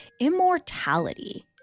immortality